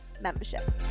membership